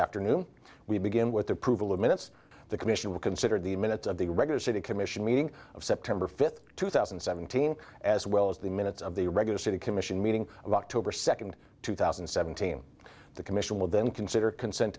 afternoon we begin with the approval of minutes the commission will consider the minutes of the regular city commission meeting of september fifth two thousand and seventeen as well as the minutes of the regular city commission meeting of october second two thousand and seventeen the commission will then consider consent